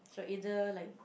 so either like